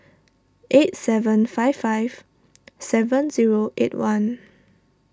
eight seven five five seven zero eight one